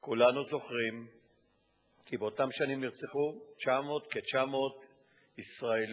כולנו זוכרים כי באותן שנים נרצחו כ-900 ישראלים